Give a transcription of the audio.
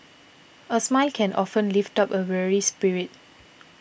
a smile can often lift up a weary spirit